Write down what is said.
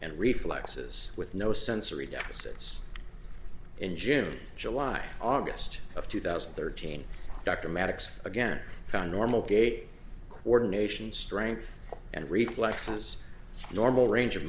and reflexes with no sensory deficits in june july august of two thousand and thirteen dr maddox again found normal gait coordination strength and reflexes normal range of